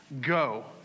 go